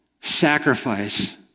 sacrifice